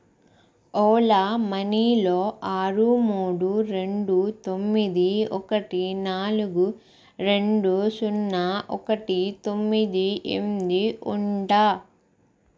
ఓలా మనీలో ఆరు మూడు రెండు తొమ్మిది ఒకటి నాలుగు రెండు సున్నా ఒకటి తొమ్మిది ఎనిమిది ఉందా